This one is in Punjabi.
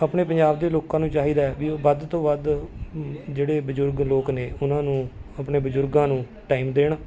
ਆਪਣੇ ਪੰਜਾਬ ਦੇ ਲੋਕਾਂ ਨੂੰ ਚਾਹੀਦਾ ਹੈ ਵੀ ਵੱਧ ਤੋਂ ਵੱਧ ਜਿਹੜੇ ਬਜ਼ੁਰਗ ਲੋਕ ਨੇ ਉਹਨਾਂ ਨੂੰ ਆਪਣੇ ਬਜ਼ੁਰਗਾਂ ਨੂੰ ਟਾਈਮ ਦੇਣ